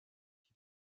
type